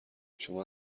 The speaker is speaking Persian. شما